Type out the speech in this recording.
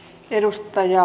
rouva puhemies